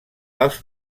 els